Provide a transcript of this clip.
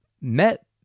met